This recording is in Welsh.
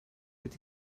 wedi